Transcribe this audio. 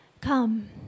Come